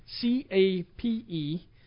C-A-P-E